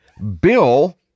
bill